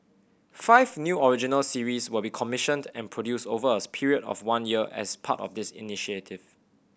five new original series will be commissioned and produced over a period of one year as part of this initiative